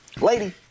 Lady